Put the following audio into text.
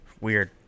Weird